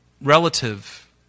relative